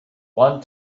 want